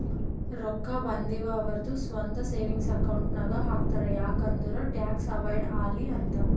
ರೊಕ್ಕಾ ಬಂದಿವ್ ಅವ್ರದು ಸ್ವಂತ ಸೇವಿಂಗ್ಸ್ ಅಕೌಂಟ್ ನಾಗ್ ಹಾಕ್ತಾರ್ ಯಾಕ್ ಅಂದುರ್ ಟ್ಯಾಕ್ಸ್ ಅವೈಡ್ ಆಲಿ ಅಂತ್